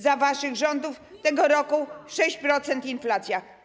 Za waszych rządów tego roku - 6% inflacja.